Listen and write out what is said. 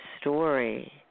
story